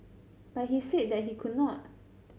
but he said that he could not